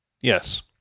Yes